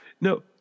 No